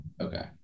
Okay